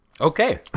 okay